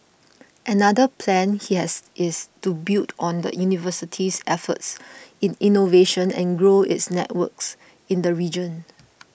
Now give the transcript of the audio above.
another plan he has is to build on the university's efforts in innovation and grow its networks in the region